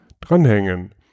dranhängen